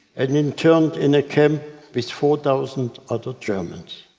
and interned in a camp with four thousand other germans.